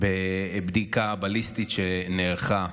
בבדיקה בליסטית שנערכה,